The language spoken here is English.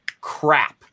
crap